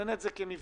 לתכנן את זה כמבצע